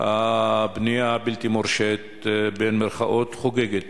הבנייה "הבלתי-מורשית" חוגגת.